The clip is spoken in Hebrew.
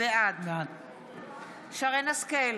בעד שרן מרים השכל,